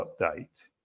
update